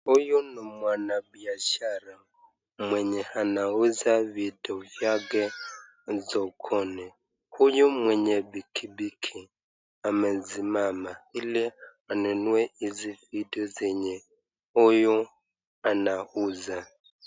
Huyu ni mwanabiashara mwenye anauza vitu yake sokoni. Huyu mwenye pikipiki amesimama ili ananunue vitu zenye huyu anauza.